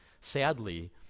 sadly